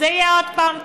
זה יהיה עוד פעם דחייה.